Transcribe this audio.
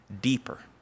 deeper